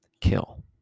kill